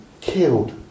Killed